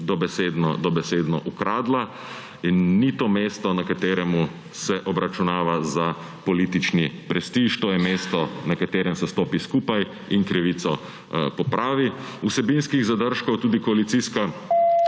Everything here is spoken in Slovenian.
dobesedno okradla. In to ni mesto, na katerem se obračunava za politični prestiž, to je mesto, na katerem se stopi skupaj in krivico popravi. Vsebinskih zadržkov tudi koalicijski